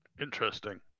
Interesting